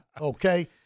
okay